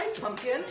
pumpkin